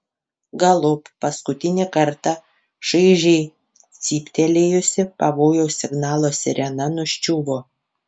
galop paskutinį kartą šaižiai cyptelėjusi pavojaus signalo sirena nuščiuvo